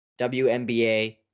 WNBA